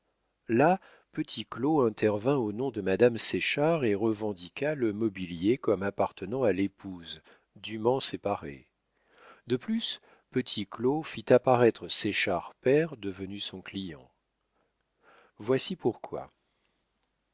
là petit claud intervint au nom de madame séchard et revendiqua le mobilier comme appartenant à l'épouse dûment séparée de plus petit claud fit apparaître séchard père devenu son client voici pourquoi